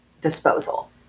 disposal